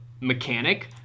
mechanic